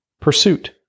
pursuit